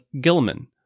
Gilman